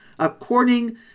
according